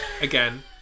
again